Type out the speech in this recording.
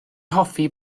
hoffi